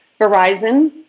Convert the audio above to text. Verizon